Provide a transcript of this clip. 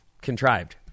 contrived